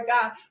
God